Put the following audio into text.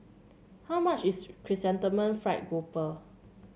how much is Chrysanthemum Fried Garoupa